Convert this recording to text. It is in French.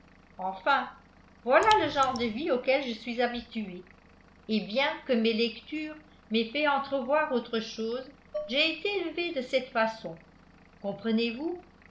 enfin voilà le genre de vie auquel je suis habituée et bien que mes lectures m'aient fait entrevoir autre chose j'ai été élevée de cette façon comprenez-vous